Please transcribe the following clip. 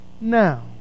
now